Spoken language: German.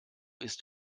ist